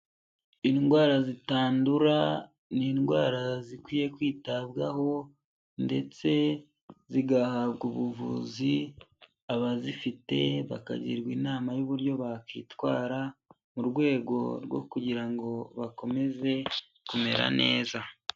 Indwara zitandura ni indwara zikwiye kwitabwaho ndetse zigahabwa ubuvuzi, abazifite bakagirwa inama y'uburyo bakitwara mu rwego rwo kugira ngo bakomeze kumera neza.